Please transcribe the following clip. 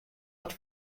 hat